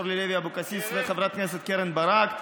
אורלי לוי אבקסיס וחברת הכנסת קרן ברק,